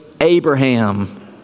Abraham